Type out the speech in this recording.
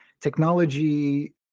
technology